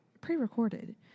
Pre-recorded